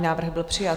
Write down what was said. Návrh byl přijat.